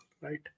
right